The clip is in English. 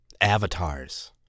avatars